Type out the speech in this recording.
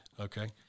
Okay